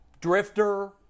drifter